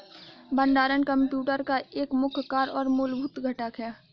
भंडारण कंप्यूटर का एक मुख्य कार्य और मूलभूत घटक है